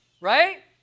Right